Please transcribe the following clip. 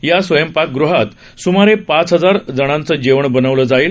या स्वयंपाकगृहात सुमारे पाच हजार जणांचं जेवण बनवलं जाईल